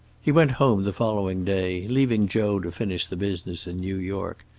he went home the following day, leaving joe to finish the business in new york.